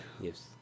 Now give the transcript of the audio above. Yes